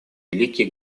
великий